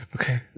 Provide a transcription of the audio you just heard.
Okay